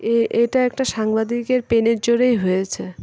এ এটা একটা সাংবাদিকের পেনের জোরেই হয়েছে